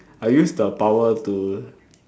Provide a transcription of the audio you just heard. I use the power to